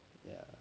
yeah